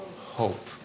hope